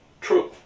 true